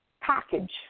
package